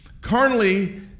Carnally